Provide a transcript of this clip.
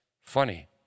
funny